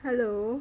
hello